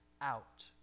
out